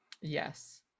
Yes